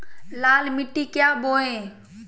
लाल मिट्टी क्या बोए?